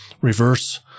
reverse